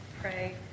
pray